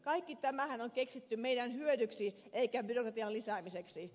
kaikki tämähän on keksitty meidän hyödyksemme eikä byrokratian lisäämiseksi